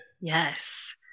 Yes